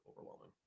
overwhelming